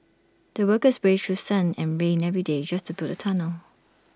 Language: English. the workers braved through sun and rain every day just to build the tunnel